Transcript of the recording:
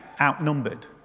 outnumbered